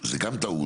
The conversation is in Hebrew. זה גם טעות.